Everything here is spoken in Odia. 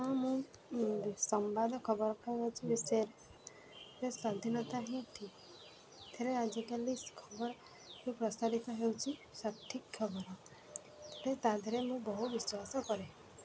ହଁ ମୁଁ ସମ୍ବାଦ ଖବର କାଗଜ ବିଷୟରେ ସ୍ୱାଧୀନତା ହେଠିଥିରେ ଆଜିକାଲି ଖବରକୁ ପ୍ରସାରିତ ହେଉଛିି ସଠିକ୍ ଖବର ହେଲେ ତା' ଦେହରେ ମୁଁ ବହୁ ବିଶ୍ୱାସ କରେ